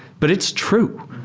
but it's true.